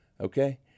Okay